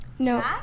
No